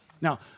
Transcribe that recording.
Now